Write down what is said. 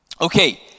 Okay